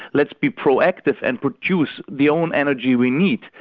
let's be proactive and produce the own energy we need.